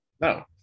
No